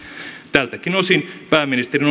tältäkin osin pääministerin